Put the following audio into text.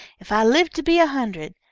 if i live to be a hundred.